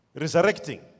resurrecting